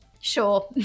Sure